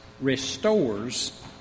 restores